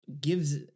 gives